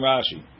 Rashi